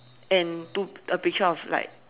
and two a picture of like